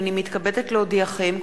הנני מתכבדת להודיעכם,